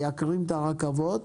מייקרים את הרכבות,